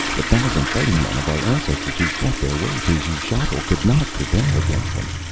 the thousand fighting-men of our ancestors who fought their way to xuchotl could not prevail against them!